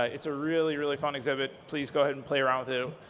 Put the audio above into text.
ah it's a really, really fun exhibit. pleads go ahead and play around with it.